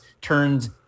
turns